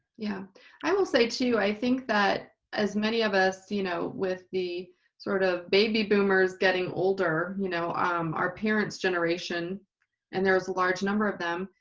yeah i will say too i think that as many of us you know with the sort of baby boomers getting older you know our parents generation and there was a large number of them,